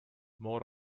more